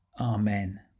Amen